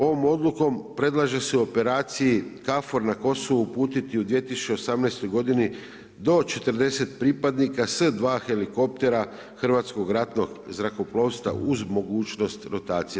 Ovom odlukom predlaže se operaciji Kafor na Kosoru uputiti u 2018. g. do 40 pripadnika s 2 helikoptera hrvatskog ratnog zrakoplovstva uz mogućnost rotacije.